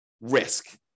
risk